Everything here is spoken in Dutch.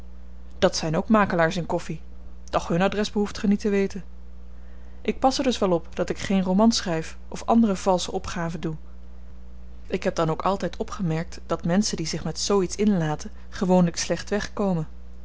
dat zyn ook makelaars in koffi doch hun adres behoeft ge niet te weten ik pas er dus wel op dat ik geen romans schryf of andere valsche opgaven doe ik heb dan ook altyd opgemerkt dat menschen die zich met zoo iets inlaten gewoonlyk slecht wegkomen